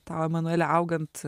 tau emanueli augant